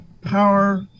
power